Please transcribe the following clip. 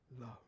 love